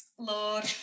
Lord